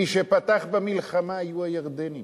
מי שפתח במלחמה היו הירדנים,